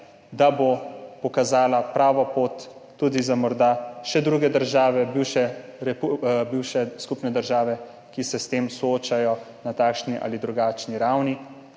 da bo pokazala pravo pot morda tudi za druge države bivše skupne države, ki se s tem soočajo na takšni ali drugačni ravni,